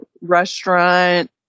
restaurant